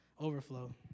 overflow